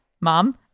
Mom